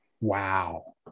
wow